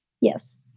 Yes